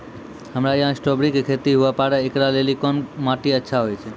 हमरा यहाँ स्ट्राबेरी के खेती हुए पारे, इकरा लेली कोन माटी अच्छा होय छै?